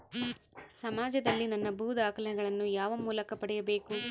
ಸಮಾಜದಲ್ಲಿ ನನ್ನ ಭೂ ದಾಖಲೆಗಳನ್ನು ಯಾವ ಮೂಲಕ ಪಡೆಯಬೇಕು?